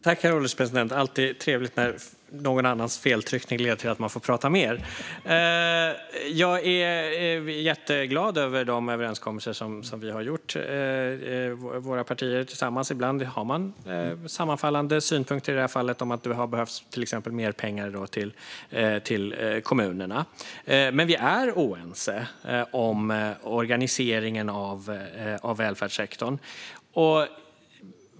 Herr ålderspresident! Det är alltid trevligt att få prata mer. Jag är jätteglad över de överenskommelser som våra partier har gjort tillsammans. Ibland har vi sammanfallande synpunkter, i det här fallet till exempel att det har behövts mer pengar till kommunerna. Men vi är oense om organiseringen av välfärdssektorn.